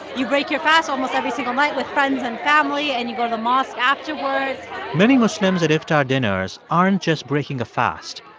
you break your fast almost every single night with friends and family, and you go to the mosque afterwards many muslims at iftar dinners aren't just breaking a fast.